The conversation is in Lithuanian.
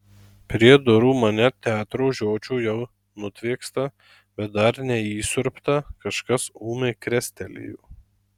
prie durų mane teatro žiočių jau nutviekstą bet dar neįsiurbtą kažkas ūmai krestelėjo